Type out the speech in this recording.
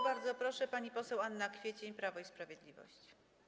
Bardzo proszę, pani poseł Anna Kwiecień, Prawo i Sprawiedliwość.